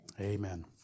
Amen